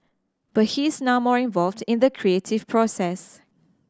but he's now more involved in the creative process